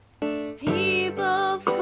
People